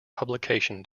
publication